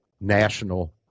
national